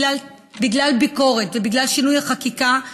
בגלל ביקורת ובגלל שינוי החקיקה,